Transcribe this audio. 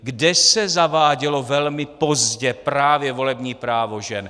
Kde se zavádělo velmi pozdě právě volební právo žen?